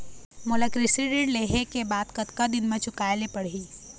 मोला कृषि ऋण लेहे के बाद कतका दिन मा चुकाए ले पड़ही?